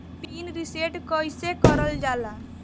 Pin reset कईसे करल जाला?